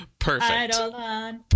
Perfect